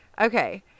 Okay